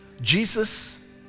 Jesus